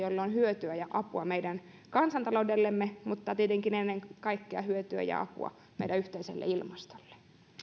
josta on hyötyä ja apua meidän kansantaloudellemme mutta tietenkin ennen kaikkea hyötyä ja apua meidän yhteiselle ilmastollemme